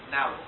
Now